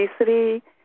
obesity